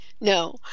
No